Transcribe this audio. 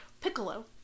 Piccolo